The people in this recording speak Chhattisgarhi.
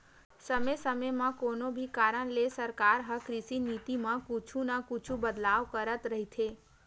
समे समे म कोनो भी कारन ले सरकार ह कृषि नीति म कुछु न कुछु बदलाव करत रहिथे